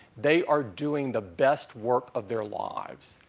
they are doing the best work of their lives.